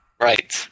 Right